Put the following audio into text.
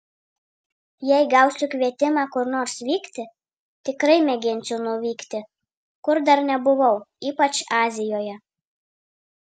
jei gausiu kvietimą kur nors vykti tikrai mėginsiu nuvykti kur dar nebuvau ypač azijoje